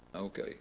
Okay